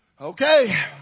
okay